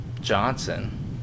Johnson